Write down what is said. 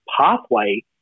pathway